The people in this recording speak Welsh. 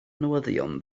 newyddion